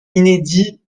inédits